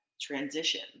transition